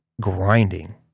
grinding